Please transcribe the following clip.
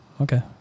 Okay